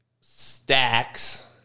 stacks